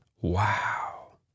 Wow